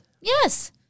Yes